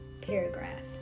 paragraph